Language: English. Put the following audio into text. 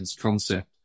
concept